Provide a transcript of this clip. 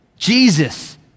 Jesus